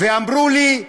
ואמרו לי: